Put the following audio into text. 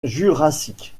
jurassique